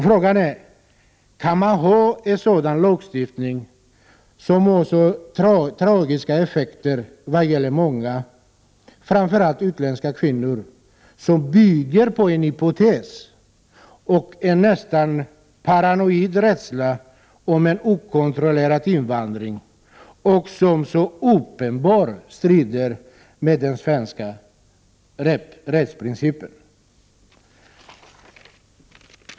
Frågan är: Kan man ha en sådan lagstiftning, som har så tragiska effekter för många men framför allt utländska kvinnor, som bygger på en hypotes och en nästan paranoid rädsla för en okontrollerad invandring och som uppenbart strider mot den svenska rättsprincipen?